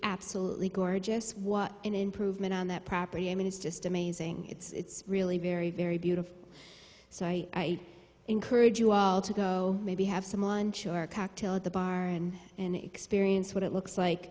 absolutely gorgeous what an improvement on that property i mean it's just amazing it's really very very beautiful so i encourage you all to go maybe have some lunch or a cocktail at the bar and an experience what it looks